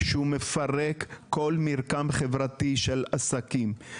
שהוא מפרק כול מרקם חברתי של עסקים.